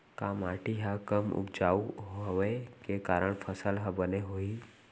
का माटी हा कम उपजाऊ होये के कारण फसल हा बने होही?